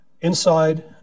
inside